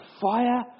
fire